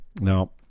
Now